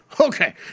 okay